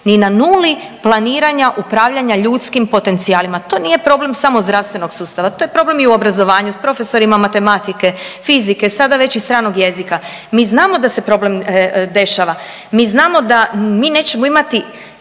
ni na nuli planiranja upravljanja ljudskim potencijalima. To nije problem samo zdravstvenog sustava, to je problem i u obrazovanju s profesorima matematike, fizike, sada već i stranog jezika. Mi znamo da se problem dešava, mi znamo da mi nećemo imati